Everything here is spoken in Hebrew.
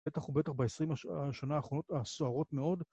בטח הוא בטח ב-20 השנה האחרונות הסוערות מאוד.